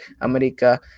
America